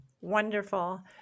Wonderful